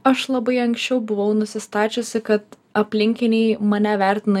aš labai anksčiau buvau nusistačiusi kad aplinkiniai mane vertina